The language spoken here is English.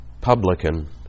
publican